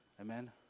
Amen